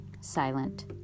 silent